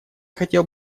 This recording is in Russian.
хотел